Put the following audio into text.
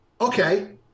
okay